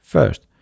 First